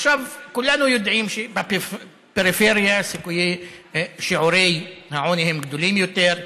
כולנו יודעים שבפריפריה שיעורי העוני הם גדולים יותר.